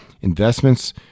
investments